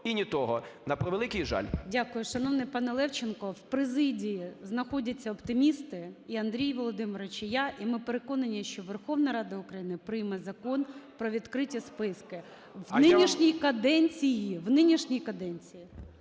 і ні того, на превеликий жаль. ГОЛОВУЮЧИЙ. Дякую, шановний пане Левченко. В президії знаходяться оптимісти і Андрій Володимирович, і я, і ми переконані, що Верховна Рада України прийме Закон про відкриті списки в нинішній каденції,